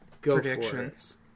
predictions